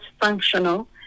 functional